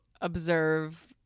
observe